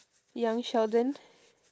young sheldon